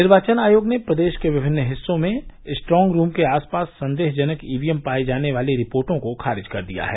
निर्वाचन आयोग ने प्रदेश के विभिन्न हिस्सों में स्ट्रोंग रूम के आसपास संदेहजनक ईवीएम पाये जाने की रिपोर्टो को खारिज कर दिया है